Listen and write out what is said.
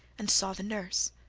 and saw the nurse.